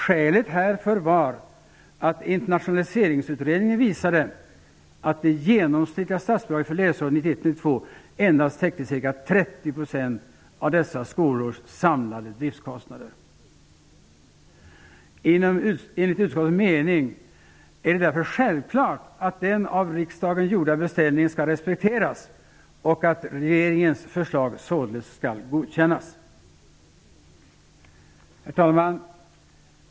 Skälet härför var att endast täckte ca 30 % av dessa skolors samlade driftkostnader. Enligt utskottets mening är det därför självklart att den av riksdagen gjorda beställningen skall respekteras och att regeringens förslag således skall godkännas. Herr talman!